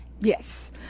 Yes